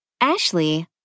Ashley